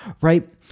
right